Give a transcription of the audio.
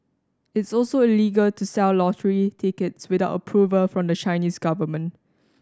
it's also illegal to sell lottery tickets without approval from the Chinese government